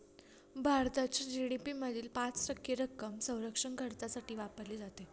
भारताच्या जी.डी.पी मधील पाच टक्के रक्कम संरक्षण खर्चासाठी वापरली जाते